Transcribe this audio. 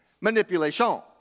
Manipulation